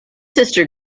sister